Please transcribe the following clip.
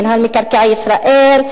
מינהל מקרקעי ישראל,